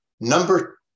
Number